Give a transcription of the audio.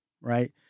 Right